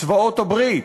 צבאות הברית,